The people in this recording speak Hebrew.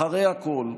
אחרי הכול,